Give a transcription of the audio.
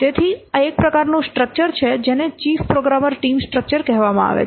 તેથી આ એક પ્રકારનું સ્ટ્રક્ચર છે જેને ચીફ પ્રોગ્રામર ટીમ સ્ટ્રક્ચર કહેવામાં આવે છે